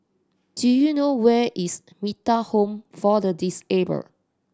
do you know where is Metta Home for the Disabled